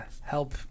help